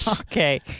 okay